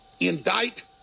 indict